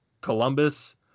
Columbus